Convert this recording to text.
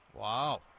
Wow